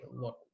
look